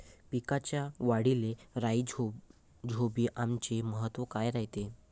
पिकाच्या वाढीले राईझोबीआमचे महत्व काय रायते?